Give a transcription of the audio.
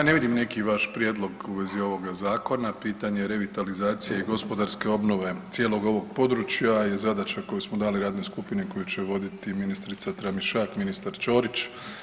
Ja ne vidim neki vaš prijedlog u vezi ovoga zakona, pitanje revitalizacije i gospodarske obnove cijelog ovog područja je zadaća koju smo dali radnoj skupini koju će voditi ministrica Tramišak, ministar Ćorić.